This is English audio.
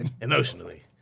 Emotionally